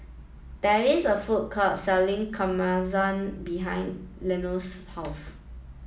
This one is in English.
there is a food court selling Kamameshi behind Leonce's house